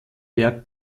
berg